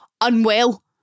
unwell